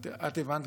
את הבנת,